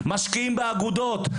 משקיעים באגודות,